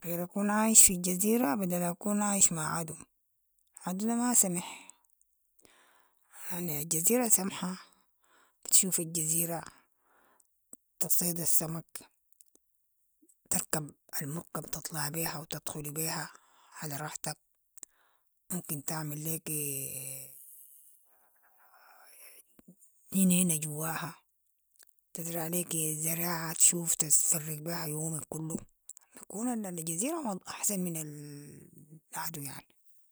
اخير اكون عايش في الجزيرة بدل اكون عايش مع عدو، عدو ده ما سمح، يعني الجزيرة سمحة، بتشوف الجزيرة، تصيد السمك، تركب المركب تطلع بيها و تدخلي بيها على راحتك، ممكن تعمل ليكي جنينة جواها تزرع ليكي زراعة تشوف تتفرج بيها يومك كلو، تكون الجزيرة- احسن من العدو يعني.